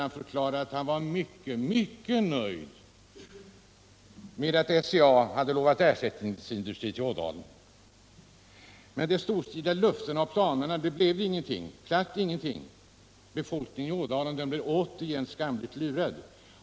Han förklarade att han var mycket nöjd med att SCA hade lovat ersättningsindustrier i Ådalen. Av de storstilade löftena och planerna blev emellertid platt ingenting. Befolkningen i Ådalen blev åter skamligt lurad.